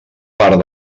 part